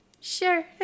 sure